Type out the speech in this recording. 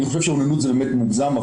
אני חושב שאוננות זה באמת מוגזם,